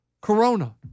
corona